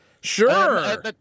Sure